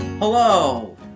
Hello